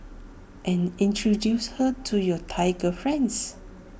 and introduce her to your Thai girlfriends